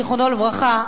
זיכרונו לברכה,